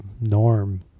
norm